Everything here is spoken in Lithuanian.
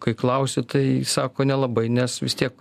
kai klausi tai sako nelabai nes vis tiek